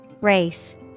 Race